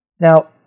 Now